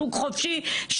שוק חופשי,